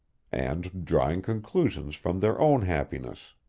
and drawing conclusions from their own happiness.